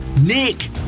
Nick